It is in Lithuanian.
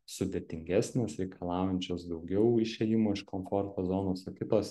sudėtingesnės reikalaujančios daugiau išėjimo iš komforto zonos o kitos